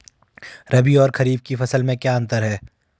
रबी और खरीफ की फसल में क्या अंतर है?